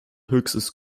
höchstes